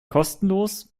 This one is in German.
kostenlos